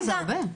זה הרבה.